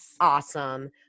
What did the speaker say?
awesome